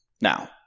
Now